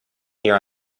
here